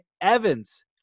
Evans